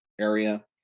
area